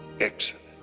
excellent